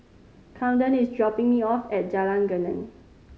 Kamden is dropping me off at Jalan Geneng